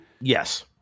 Yes